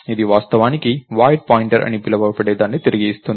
ఇది వాస్తవానికి void pointer అని పిలువబడే దాన్ని తిరిగి ఇస్తుంది